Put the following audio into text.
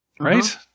right